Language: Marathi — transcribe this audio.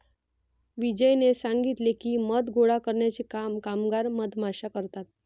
विजयने सांगितले की, मध गोळा करण्याचे काम कामगार मधमाश्या करतात